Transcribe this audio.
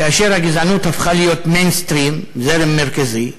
כאשר הגזענות הפכה להיות "מיינסטרים", זרם מרכזי,